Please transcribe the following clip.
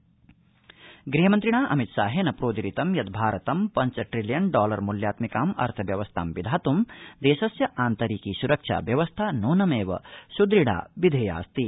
अमितशाह सुरक्षा गृहमन्त्रिणा अमितशाहेन प्रोदीरितं यत् भारतं पंच ट्रिलियन डॉलर मूल्यात्मिकाम् अर्थव्यवस्थां विधात्ं देशस्य आन्तरिकी सुरक्षा व्यवस्था नूनमेव सुदृढा विधेयास्ति